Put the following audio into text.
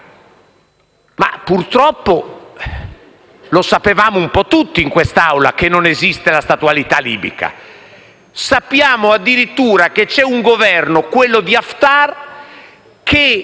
Purtroppo lo sapevamo un po' tutti in quest'Aula che non esiste la statualità libica. Sappiamo addirittura che c'è un Governo, quello di Haftar, che